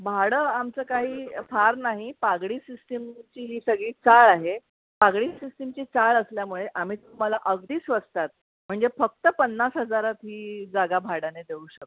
भाडं आमचं काही फार नाही पागडी सिस्टीमची ही सगळी चाळ आहे पागडी सिस्टीमची चाळ असल्यामुळे आम्ही तुम्हाला अगदी स्वस्तात म्हणजे फक्त पन्नास हजारात ही जागा भाड्याने देऊ शकतो